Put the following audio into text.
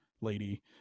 lady